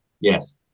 Yes